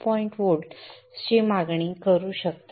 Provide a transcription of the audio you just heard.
8 व्होल्ट्सची मागणी करू शकते